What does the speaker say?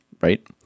Right